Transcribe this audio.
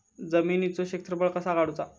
जमिनीचो क्षेत्रफळ कसा काढुचा?